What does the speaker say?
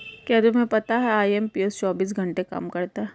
क्या तुम्हें पता है आई.एम.पी.एस चौबीस घंटे काम करता है